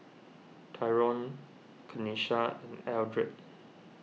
Tyrone Tenisha Eldred